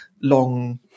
long